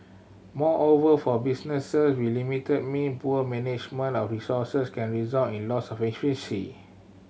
moreover for business with limited mean poor management of resource can result in loss of